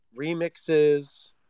Remixes